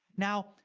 now,